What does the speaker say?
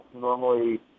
normally